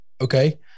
okay